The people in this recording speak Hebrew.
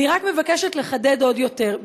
אני רק מבקשת לחדד עוד יותר.